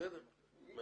בסדר.